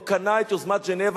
הוא קנה את יוזמת ז'נבה,